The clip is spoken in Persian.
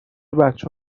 بچه